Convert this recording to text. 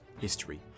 history